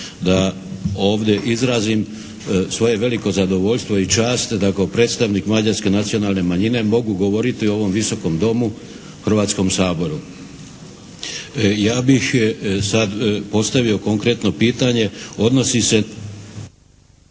da ovdje izrazim svoje veliko zadovoljstvo i čast da kao predstavnik mađarske nacionalne manjine mogu govoriti u ovom Visokom domu, Hrvatskom saboru. Ja bih sad postavio konkretno pitanje. Odnosi se